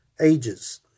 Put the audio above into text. Ages